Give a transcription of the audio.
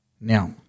Now